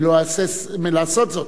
אני לא אהסס לעשות זאת.